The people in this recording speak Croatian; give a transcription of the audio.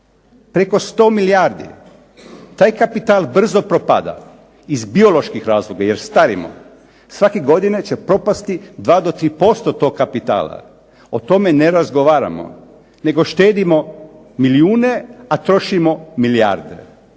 Preko 100 milijardi. Taj kapital brzo propada, iz bioloških razloga, jer starimo. Svake godine će propasti 2 do 3% tog kapitala. O tome ne razgovaramo, nego štedimo milijune, a trošimo milijarde.